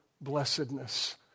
blessedness